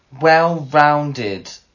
well-rounded